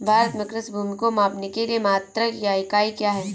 भारत में कृषि भूमि को मापने के लिए मात्रक या इकाई क्या है?